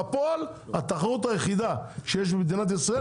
בפועל התחרות היחידה שיש במדינת ישראל,